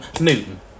Newton